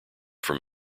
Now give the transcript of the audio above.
from